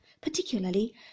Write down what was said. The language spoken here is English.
particularly